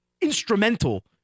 instrumental